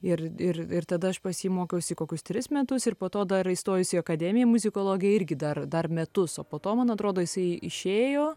ir ir ir tada aš pas jį mokiausi kokius tris metus ir po to dar įstojus į akademiją muzikologe irgi dar dar metus o po to man atrodo jisai išėjo